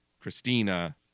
Christina